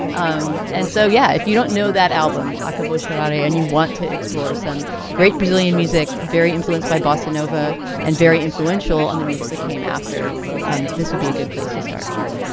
um and so, yeah, if you don't know that album, lockable shahrani and you want to explore some great brazilian music, very influenced by bossa nova and very influential on the music that came after this would be a good place to start um